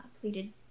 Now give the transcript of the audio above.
pleated